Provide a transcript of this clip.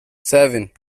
seven